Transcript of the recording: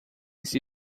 esse